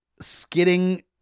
skidding